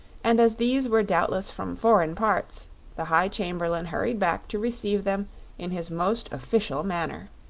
and as these were doubtless from foreign parts the high chamberlain hurried back to receive them in his most official manner.